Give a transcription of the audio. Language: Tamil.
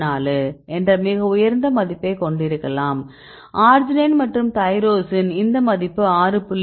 64 என்ற மிக உயர்ந்த மதிப்பைக் கொண்டிருக்கலாம் அர்ஜினைன் மற்றும் தைரோசின் இந்த மதிப்பு 6